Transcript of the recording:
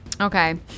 Okay